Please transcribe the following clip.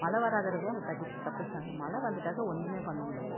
மழை வராத இருக்கயும் அவங்க தகுத் தப்பிச்சாங்கள் மழை வந்துட்டாக்க ஒன்றுமே பண்ண முடியாது